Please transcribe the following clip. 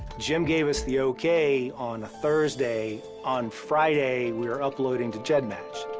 jim gave us the okay on a thursday. on friday, we were uploading to gedmatch.